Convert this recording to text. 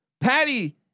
Patty